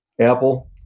Apple